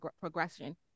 progression